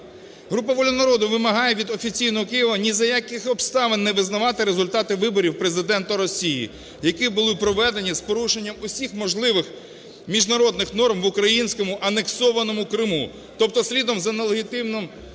Група "Воля народу" вимагає від офіційного Києва ні за яких обставин не визнавати результати виборів Президента Росії, які були проведені з порушенням усіх можливих міжнародних норм в українському анексованому Криму. Тобто слідом за нелегітимною